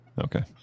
Okay